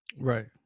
Right